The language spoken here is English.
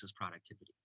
productivity